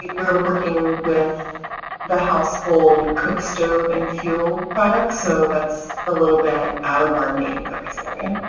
we're we're working with the household cook stove and fuel products so that's a little bit out of our main focus area.